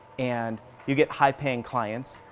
and you get high paying clients,